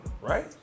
Right